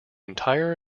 entire